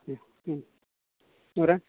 ए उम आमफ्राय